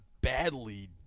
badly